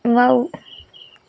wow